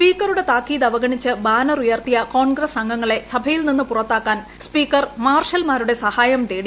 സ്പീക്കറുടെ താക്കീത് അവഗണിച്ച് ബാനറുയർത്തിയ കോൺഗ്രസ് അംഗങ്ങളെ സഭയിൽ നിന്ന് പുറത്താക്കാൻ സ്പീക്കർ മാർഷൽമാരുടെ സഹായം തേടി